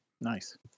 nice